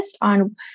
on